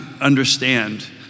understand